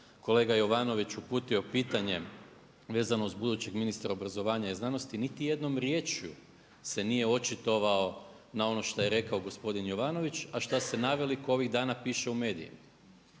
kolega Jovanović uputio pitanje vezano uz budućeg ministra obrazovanja i znanosti, niti jednom riječju se nije očitovao na ono šta je rekao gospodin Jovanović a šta se naveliko ovih dana piše u medijima.